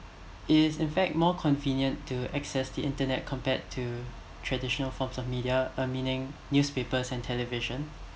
is in fact more convenient to access the internet compared to traditional forms of media uh meaning newspapers and television